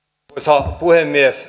arvoisa puhemies